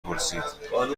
پرسید